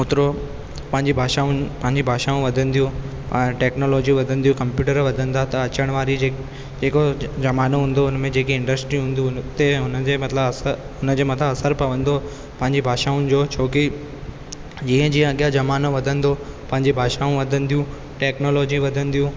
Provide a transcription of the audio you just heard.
होतिरो पांजी भाषाउनि में पंहिंजी भाषाऊं वधंदियूं ऐं टैक्नोलॉजियूं वधंदियूं कम्पयूटर वधंदा त अचण वारी जे जेको ज़मानो हूंदो हुन में जेके इंडस्ट्रियूं हूंदियूं हुते हुननि जे मतिलबु असर उन्हनि जे मथां असरु पवंदो पंहिंजी भाषाउनि जो छोकी जीअं जीअं अॻियां ज़मानो वधंदो पंहिंजी भाषाऊं वधंदियूं टैक्नोलॉजी वधंदियूं